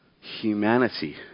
Humanity